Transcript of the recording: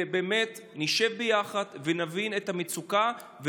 ובאמת נשב ביחד ונבין את המצוקה,